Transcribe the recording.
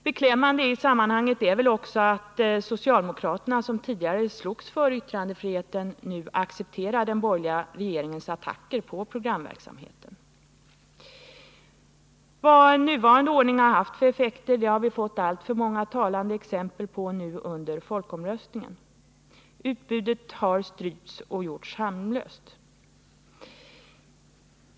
Beklämmande i sammanhanget är också att socialdemokraterna, som tidigare slogs för yttrandefriheten, nu accepterar den borgerliga regeringens attacker på programverksamheten. Vad nuvarande ordning har haft för effekter har vi fått alltför många talande exempel på nu under folkomröstningen. Utbudet har strypts och gjorts harmlöst.